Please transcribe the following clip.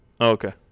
Okay